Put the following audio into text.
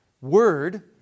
word